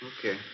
Okay